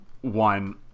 one